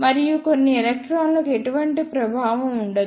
మరియు కొన్ని ఎలక్ట్రాన్లకు ఎటువంటి ప్రభావం ఉండదు